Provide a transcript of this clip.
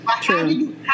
True